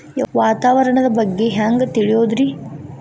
ವಾತಾವರಣದ ಬಗ್ಗೆ ಹ್ಯಾಂಗ್ ತಿಳಿಯೋದ್ರಿ?